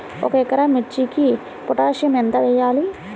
ఒక ఎకరా మిర్చీకి పొటాషియం ఎంత వెయ్యాలి?